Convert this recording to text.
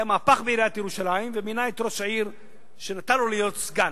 היה מהפך בעיריית ירושלים והוא מינה את ראש העיר שנתן לו להיות סגן.